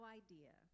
idea